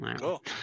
cool